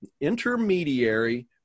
intermediary